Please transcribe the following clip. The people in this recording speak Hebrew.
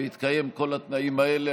בהתקיים כל התנאים האלה,